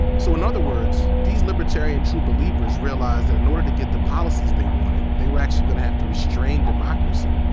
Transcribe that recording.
so in other words, these libertarian true believers realized that in order to get the policies they wanted, they were actually gonna have to restrain democracy.